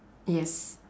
yes